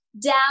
down